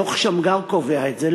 דוח שמגר קובע את זה,